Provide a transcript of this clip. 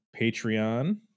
Patreon